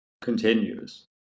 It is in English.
Continues